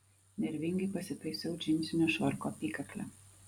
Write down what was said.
nervingai pasitaisiau džinsinio švarko apykaklę